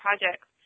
projects